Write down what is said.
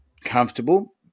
comfortable